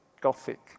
Gothic